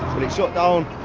it shut down,